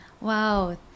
Wow